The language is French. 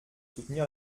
soutenir